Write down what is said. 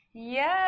Yes